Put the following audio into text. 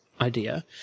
idea